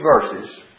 verses